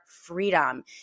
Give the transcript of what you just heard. freedom